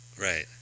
right